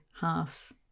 half